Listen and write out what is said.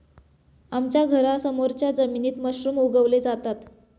आमच्या घरासमोरच्या जमिनीत मशरूम उगवले जातात